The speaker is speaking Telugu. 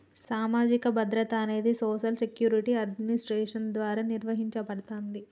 సామాజిక భద్రత అనేది సోషల్ సెక్యూరిటీ అడ్మినిస్ట్రేషన్ ద్వారా నిర్వహించబడతాంది